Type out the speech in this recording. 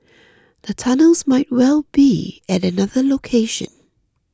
the tunnels might well be at another location